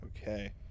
Okay